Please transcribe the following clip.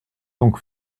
donc